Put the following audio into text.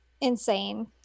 insane